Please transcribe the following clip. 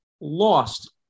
lost